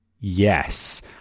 yes